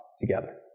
together